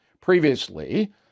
previously